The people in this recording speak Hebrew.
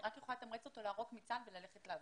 היא רק יכולה לתמרץ אותו לערוק מצה"ל וללכת לעבוד.